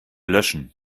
löschen